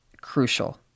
crucial